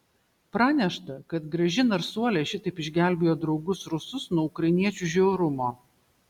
pranešta kad graži narsuolė šitaip išgelbėjo draugus rusus nuo ukrainiečių žiaurumo